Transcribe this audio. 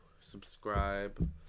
subscribe